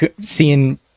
seeing